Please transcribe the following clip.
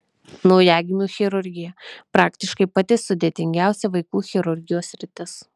naujagimių chirurgija praktiškai pati sudėtingiausia vaikų chirurgijos sritis